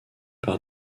par